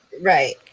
Right